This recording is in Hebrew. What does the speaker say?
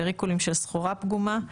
ו-Recalls על סחורה פגומה.